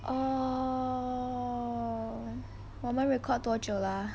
oh 我们 record 多久啦